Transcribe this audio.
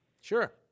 Sure